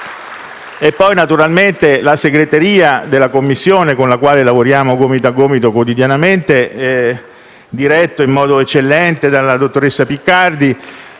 ringrazio la segreteria della Commissione, con la quale lavoriamo gomito a gomito quotidianamente, diretta in modo eccellente dalla dottoressa Piccardi,